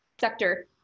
sector